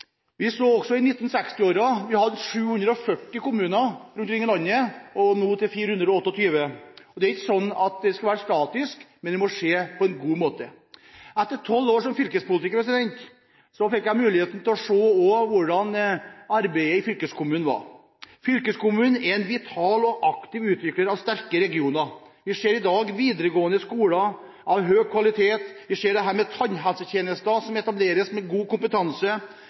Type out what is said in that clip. I 1960-årene hadde vi 740 kommuner rundt omkring i landet, og nå har vi 428. Det er ikke sånn at det skal være statisk, men en eventuell sammenslåing må skje på en god måte. Etter tolv år som fylkespolitiker fikk jeg muligheten til å se hvordan arbeidet i fylkeskommunen var. Fylkeskommunen er en vital og aktiv utvikler av sterke regioner. Vi ser i dag videregående skoler av høy kvalitet, vi ser at tannhelsetjenester med god kompetanse etableres,